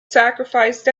sacrificed